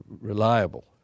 reliable